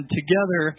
together